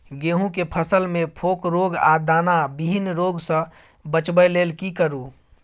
गेहूं के फसल मे फोक रोग आ दाना विहीन रोग सॅ बचबय लेल की करू?